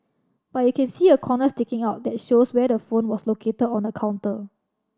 but you can see a corner sticking out that shows where the phone was located on the counter